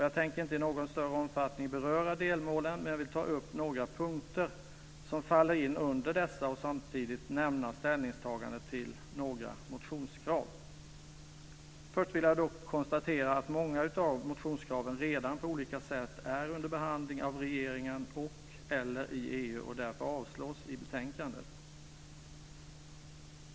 Jag tänker inte i någon större omfattning beröra delmålen, men jag vill ta upp några punkter som faller in under dessa, och samtidigt nämna ställningstaganden till några motionskrav. Först vill jag dock konstatera att många av motionskraven redan på olika sätt är under behandling av regeringen och i EU och därför avslås i betänkandet.